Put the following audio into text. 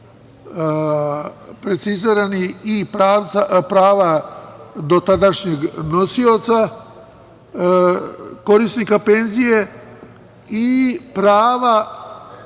precizirana i prava dotadašnjeg nosioca korisnika penzije i prava